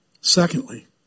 Secondly